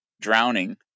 drowning